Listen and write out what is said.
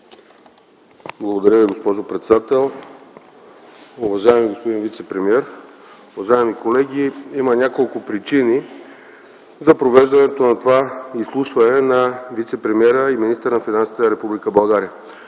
Благодаря Ви, госпожо председател. Уважаеми господин вицепремиер, уважаеми колеги! Има няколко причини за провеждането на това изслушване на вицепремиера и министър на финансите на Република България.